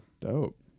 Dope